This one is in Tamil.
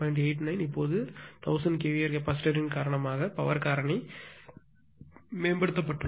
89 இப்போது இந்த 1000 kVAr கெப்பாசிட்டரின் காரணமாக பவர் காரணி மேம்படுத்தப்பட்டுள்ளது